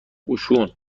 اوشون